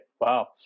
Wow